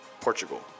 Portugal